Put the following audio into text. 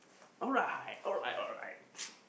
alright alright alright